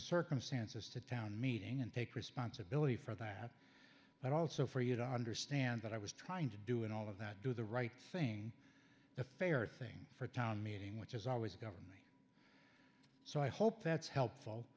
circumstances to town meeting and take responsibility for that but also for you to understand that i was trying to do in all of that do the right thing the fair thing for a town meeting which is always government so i hope that's helpful